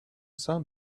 some